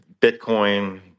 Bitcoin